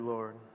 Lord